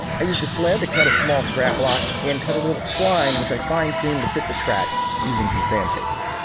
i used the sled to cut a small scrap block and cut a little spline, which i fine tuned to fit the track using some sandpaper